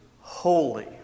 holy